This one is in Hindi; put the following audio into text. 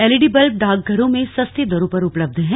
एलईडी बल्ब डाकघरों में सस्ते दरों पर उपलब्ध है